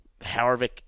Harvick